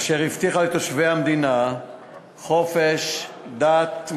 אשר הבטיחה לתושבי המדינה חופש דת,